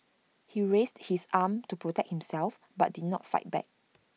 he raised his arm to protect himself but did not fight back